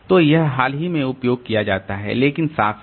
तो यह हाल ही में उपयोग किया जाता है लेकिन साफ है